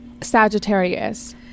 Sagittarius